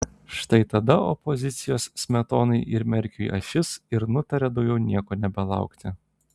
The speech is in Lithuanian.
štai tada opozicijos smetonai ir merkiui ašis ir nutarė daugiau nieko nebelaukti